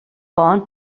pont